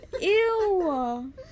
Ew